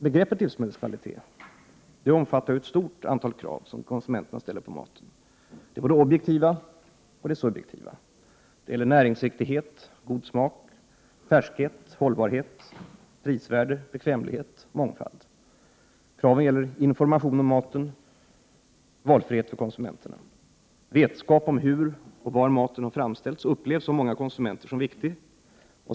Begreppet livsmedelskvalitet omfattar ett stort antal krav som konsumenterna ställer på maten. Det är både objektiva och subjektiva krav. Det gäller näringsriktighet, god smak, färskhet, hållbarhet, bekvämlighet, mångfald och att varorna skall vara prisvärda. Kraven gäller information om maten — valfrihet för konsumenterna. Vetskap om hur och var maten har framställts upplevs av många konsumenter som viktig.